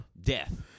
death